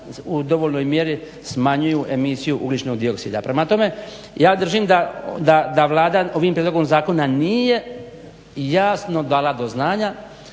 u dovoljnoj mjeri smanjuju emisiju ugljičnog dioksida. Prema tome ja držim da Vlada ovim prijedlogom zakona nije jasno dala do znanja